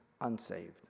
unsaved